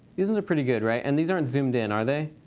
these ones are pretty good, right? and these aren't zoomed in, are they?